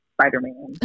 Spider-Man